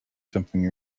something